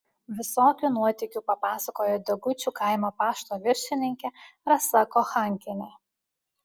visokių nuotykių papasakojo degučių kaimo pašto viršininkė rasa kochankienė